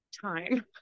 time